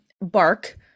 bark